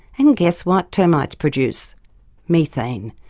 and guess what termites produce methane,